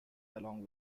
along